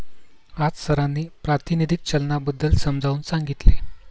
आज सरांनी प्रातिनिधिक चलनाबद्दल समजावून सांगितले